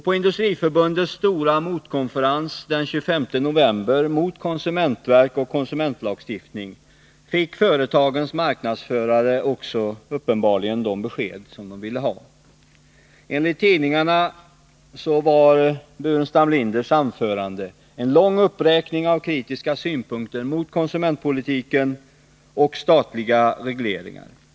På Industriförbundets stora motkonferens den 25 november — mot konsumentverk och konsumentlagstiftning — fick företagens marknadsförare uppenbarligen de besked som de ville ha. Enligt tidningarna var Staffan Burenstam Linders anförande en lång uppräkning av kritiska synpunkter på konsumentpolitiken och på statliga regleringar.